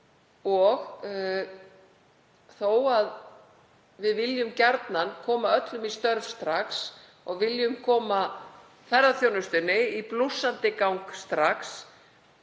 Og þó að við viljum gjarnan koma öllum í störf strax og viljum koma ferðaþjónustunni í blússandi gang strax